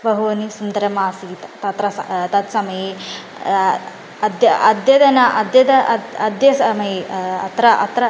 बहु सुन्दरम् आसीत् तत्र तत्समये अद्य अद्यतन अद्यत अद्य समये अत्र अत्र